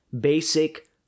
basic